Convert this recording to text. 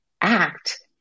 act